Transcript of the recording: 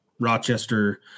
Rochester